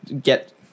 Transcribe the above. get